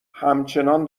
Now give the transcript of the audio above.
همچنان